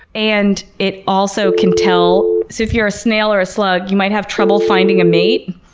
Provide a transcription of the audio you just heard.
and it also can tell, if you're a snail or a slug you might have trouble finding a mate,